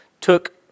took